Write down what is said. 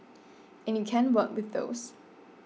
and you can work with those